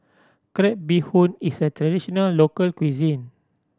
crab bee hoon is a traditional local cuisine